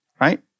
Right